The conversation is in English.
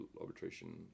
arbitration